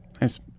Nice